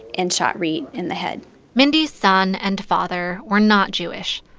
and shot reat in the head mindy's son and father were not jewish,